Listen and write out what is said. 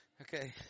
Okay